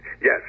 yes